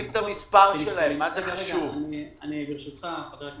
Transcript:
מאיפה אני אמור לעשות את זה?